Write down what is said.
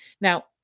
Now